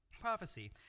prophecy